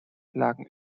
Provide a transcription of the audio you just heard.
lagen